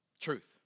Truth